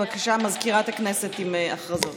בבקשה, מזכירת הכנסת עם הודעות.